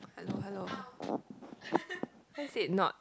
hello hello why is it not